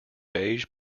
beige